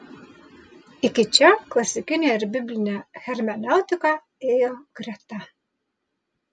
iki čia klasikinė ir biblinė hermeneutika ėjo greta